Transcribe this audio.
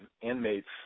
inmates